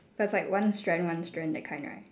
but it's like one strand one strand that kind right